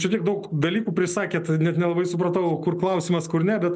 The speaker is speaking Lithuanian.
čia tiek daug dalykų prisakėt net nelabai supratau kur klausimas kur ne bet